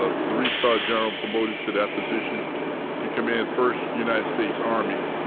ah three-star general promoted to that position to command first united states army.